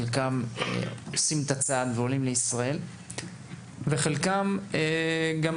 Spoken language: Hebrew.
חלקם עושים את הצעד ועולים לישראל ולגבי חלקם לפעמים